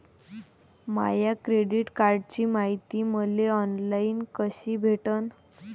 माया credit कार्डची मायती मले ऑनलाईन कसी भेटन?